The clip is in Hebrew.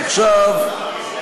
שבמקום לעמוד לדין על בגידה,